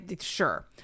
sure